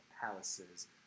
palaces